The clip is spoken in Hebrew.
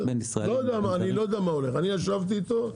אני ישבתי איתו,